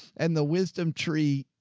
and the wisdom tree,